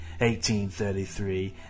1833